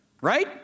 right